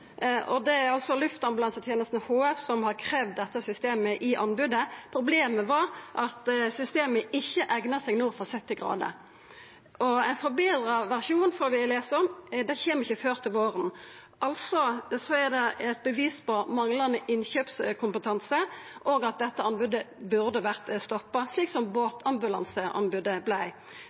Det er Luftambulansetenesten HF som har kravd dette systemet i anbodet. Problemet var at systemet ikkje eigna seg nord for 70 grader. Ein forbetra versjon, kan me lesa om, kjem ikkje før til våren. Dette er eit bevis på manglande innkjøpskompetanse, og at anbodet burde ha vore stoppa, slik